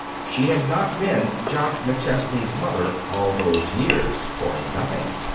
she had not been jock mcchesney's mother all those years for nothing.